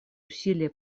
усилия